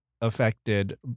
affected